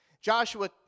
Joshua